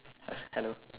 hello